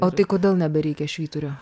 o tai kodėl nebereikia švyturio